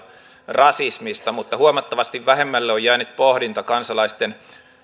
rasismista mutta huomattavasti vähemmälle on jäänyt pohdinta kansalaisten